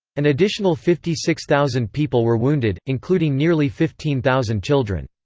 an additional fifty six thousand people were wounded, including nearly fifteen thousand children.